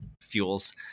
fuels